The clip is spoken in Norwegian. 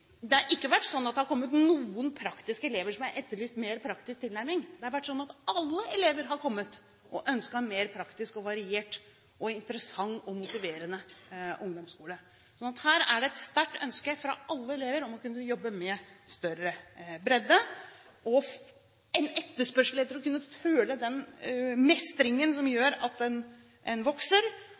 Det har ikke vært sånn at det har kommet noen praktisk orienterte elever som har etterlyst mer praktisk tilnærming. Alle elever har kommet og ønsket en mer praktisk, variert, interessant og motiverende ungdomsskole. Her er det et sterkt ønske fra alle elever om å kunne jobbe med større bredde og en etterspørsel etter den følelsen av mestring som gjør at en vokser, og en